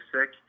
sick